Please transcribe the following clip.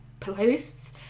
playlists